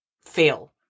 fail